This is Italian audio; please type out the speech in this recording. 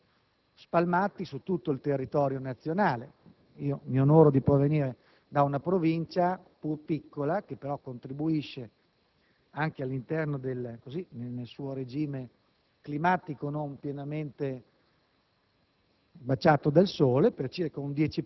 di facile conoscenza, spalmati su tutto il territorio nazionale. Mi onoro di provenire da una Provincia pur piccola, quella di Piacenza, che però contribuisce, anche nel suo regime climatico non pienamente